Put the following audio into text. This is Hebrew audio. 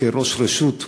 כראש רשות,